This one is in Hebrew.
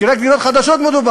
כי רק על דירות חדשות מדובר,